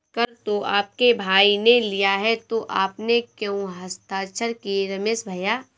कर तो आपके भाई ने लिया है तो आपने क्यों हस्ताक्षर किए रमेश भैया?